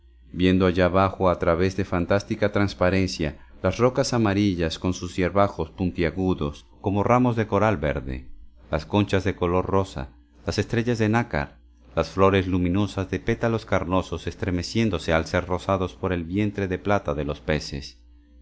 viendo allá bajo a través de fantástica transparencia las rocas amarillas con sus hierbajos puntiagudos como ramos de coral verde las conchas de color rosa las estrellas de nácar las flores luminosas de pétalos carnosos estremeciéndose al ser rozados por el vientre de plata de los peces